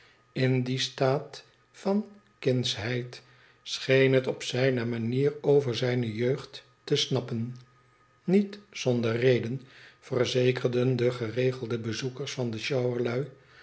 in dien staat van kindschbeid scheen het op zijne manier over zijne jeugd te snappen niet zonder reden verzekerden de geregelde bezoekers van de sjouwerlui